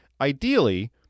Ideally